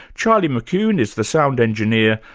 charlie mckune is the sound engineer,